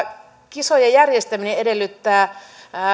kisojen järjestäminen edellyttää